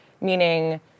Meaning